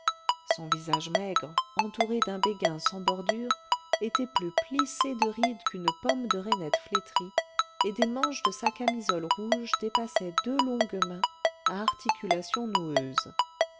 son visage maigre entouré d'un béguin sans bordure était plus plissé de rides qu'une pomme de reinette flétrie et des manches de sa camisole rouge dépassaient deux longues mains à articulations noueuses